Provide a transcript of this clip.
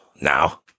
now